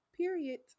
Period